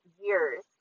years